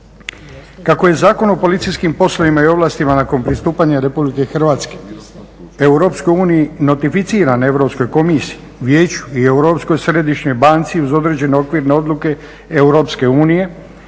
Kako je Zakon o policijskim poslovima i ovlastima nakon pristupanja RH EU notificiran Europskoj komisiji, Vijeću i Europskoj središnjoj banci uz određene okvirne odluke EU,